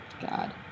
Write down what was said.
God